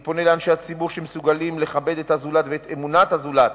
אני פונה לאנשי הציבור שמסוגלים לכבד את הזולת ואת אמונת הזולת,